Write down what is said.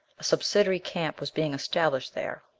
a subsidiary camp was being established there,